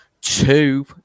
two